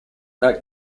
that